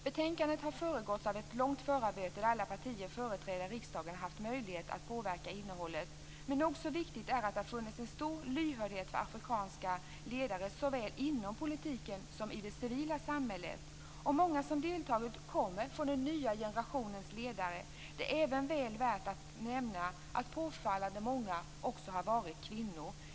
Betänkandet har föregåtts av ett långt förarbete där alla partier företrädda i riksdagen har haft möjlighet att påverka innehållet. Nog så viktigt är att det har funnits en stor lyhördhet för afrikanska ledare såväl inom politiken som i det civila samhället. Många som deltagit kommer från den nya generationens ledare. Det är även väl värt att nämna att påfallande många också har varit kvinnor.